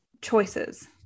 choices